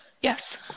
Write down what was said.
Yes